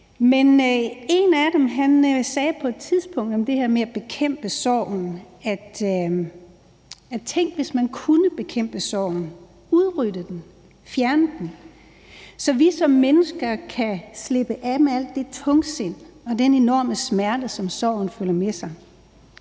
En af dem sagde på et tidspunkt om det her med at bekæmpe sorgen: Tænk, hvis man kunne bekæmpe sorgen og udrydde den, fjerne den, så vi som mennesker kan slippe af med alt det tungsind og denne enorme smerte, som sorgen fører med sig.